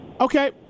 Okay